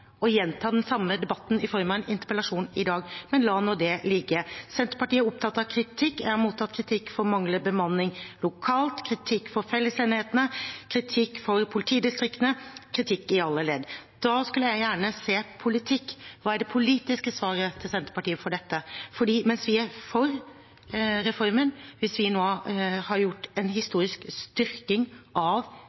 å gjenta den samme debatten i form av en interpellasjon i dag. Men la nå det ligge. Senterpartiet er opptatt av kritikk. Jeg har mottatt kritikk for manglende bemanning lokalt, kritikk for fellesenhetene, kritikk for politidistriktene – kritikk i alle ledd. Da skulle jeg gjerne se politikk: Hva er det politiske svaret til Senterpartiet på dette? Vi er for reformen, vi har nå gjort en historisk styrking av